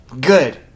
Good